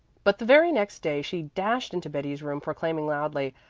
but the very next day she dashed into betty's room proclaiming loudly,